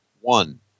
one